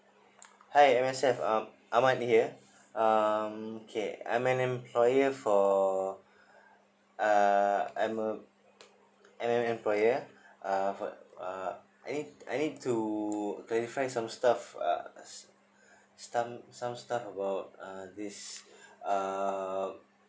hi M_S_F uh ahmad here um okay I am an employer for uh I'm a I'm an employer uh for uh I need I need to clarify some stuff uh some some stuff about this uh